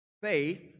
faith